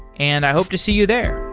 and i hope to see you there.